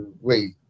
wait